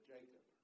Jacob